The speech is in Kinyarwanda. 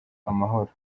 amahoro